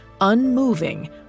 unmoving